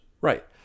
Right